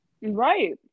Right